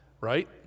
right